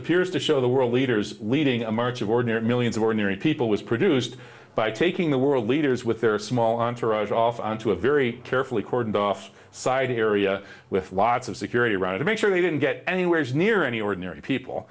appears to show the world leaders leading a march of ordinary millions of ordinary people was produced by taking the world leaders with their small entourage off onto a very carefully cordoned off side area with lots of security around to make sure they didn't get anywhere near any ordinary people